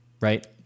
right